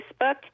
Facebook